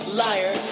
liar